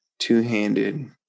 Two-handed